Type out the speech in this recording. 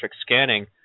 scanning